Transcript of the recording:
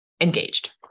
engaged